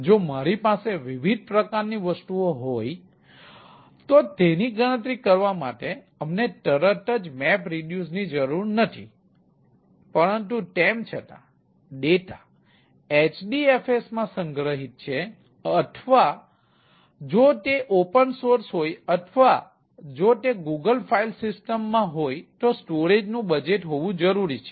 જો મારી પાસે વિવિધ પ્રકારની વસ્તુઓ હોય તો તેની ગણતરી કરવા માટે અમને તરત જ મેપરિડ્યુસનું બજેટ હોવું જરૂરી છે